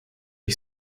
ich